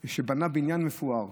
עשיר שבנה בניין מפואר,